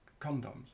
condoms